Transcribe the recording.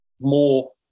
more